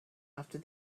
after